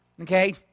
okay